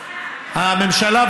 שהממשלה,